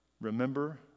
Remember